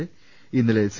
A ഇന്നലെ C